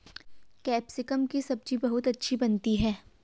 capsicum की सब्जी बहुत अच्छी बनती है